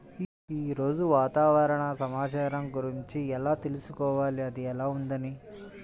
ఈరోజు వాతావరణ సమాచారం గురించి ఎలా తెలుసుకోవాలి అది ఎలా ఉంది అని?